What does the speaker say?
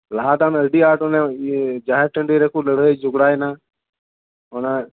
ᱞᱟᱦᱟᱫᱚᱢ ᱟᱹᱰᱤ ᱟᱴ ᱚᱱᱮ ᱤᱭᱟᱹ ᱡᱟᱦᱮᱨ ᱴᱟᱹᱰᱤ ᱨᱮᱠᱚ ᱞᱟᱹᱲᱦᱟᱹᱭ ᱡᱷᱚᱜᱲᱟᱭ ᱮᱱᱟ ᱚᱱᱟ